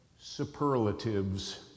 superlatives